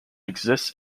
exists